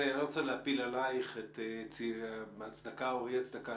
אני לא רוצה להפיל עליך הצדקה או אי הצדקה